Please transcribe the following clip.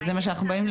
וזה מה שאנחנו באים,